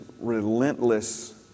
relentless